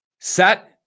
set